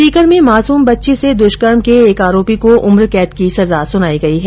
सीकर में मासूम बच्ची से दुष्कर्म के एक आरोपी को उम्र कैद की सजा सुनाई गई है